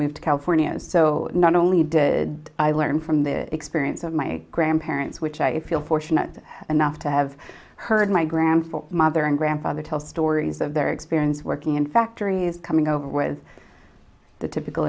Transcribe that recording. moved to california so not only did i learn from the experience of my grandparents which i feel fortunate enough to have heard my gram for mother and grandfather tell stories of their experience working in factories coming over was the typical